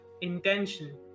intention